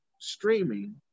streaming